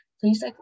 please